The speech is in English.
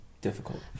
difficult